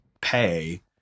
pay